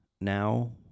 now